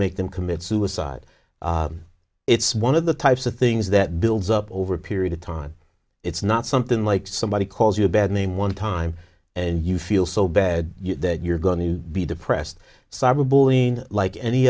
make them commit suicide it's one of the types of things that builds up over a period of time it's not something like somebody calls you a bad name one time and you feel so bad that you're going to be depressed cyber bullying like any